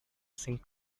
sing